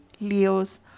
Leos